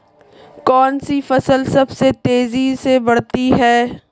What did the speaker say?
कौनसी फसल सबसे तेज़ी से बढ़ती है?